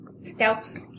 Stouts